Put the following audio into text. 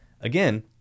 again